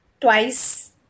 twice